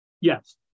Yes